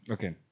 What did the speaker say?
Okay